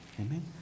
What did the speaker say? Amen